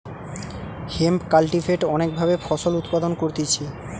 hemp cultivate অনেক ভাবে ফসল উৎপাদন করতিছে